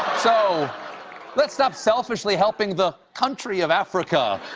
so let's stop selfishly helping the country of africa